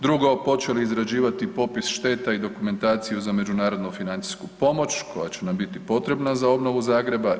Drugo, počeli izrađivati popis šteta i dokumentaciju za međunarodnu financijsku pomoć koja će nam biti potrebna za obnovu Zagreba.